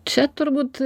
čia turbūt